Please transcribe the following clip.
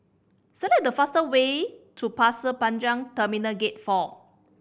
select the fast way to Pasir Panjang Terminal Gate Four